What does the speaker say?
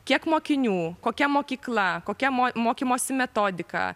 kiek mokinių kokia mokykla kokia mo mokymosi metodika